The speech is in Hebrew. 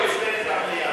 ואל תעצבן את המליאה,